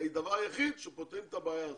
הדבר היחיד הוא שפותרים את הבעיה הזאת.